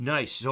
Nice